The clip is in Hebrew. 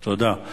תודה.